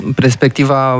perspectiva